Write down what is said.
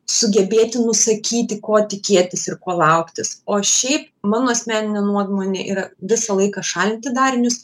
sugebėti nusakyti ko tikėtis ir ko lauktis o šiaip mano asmeninė nuomonė yra visą laiką šalinti darinius